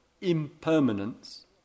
impermanence